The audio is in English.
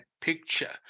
picture